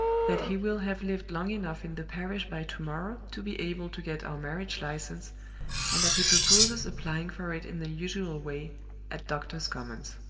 that he will have lived long enough in the parish by to-morrow to be able to get our marriage-license, and that he proposes applying for it in the usual way at doctors' commons.